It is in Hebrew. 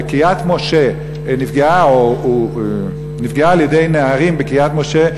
בקריית-משה נפגעה על-ידי נערים בקריית-משה,